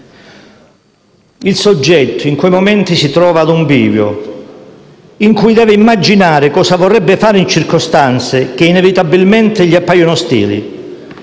Il soggetto in quei momenti si trova a un bivio, in cui deve immaginare cosa vorrebbe fare in circostanze che inevitabilmente gli appaiono ostili.